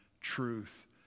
truth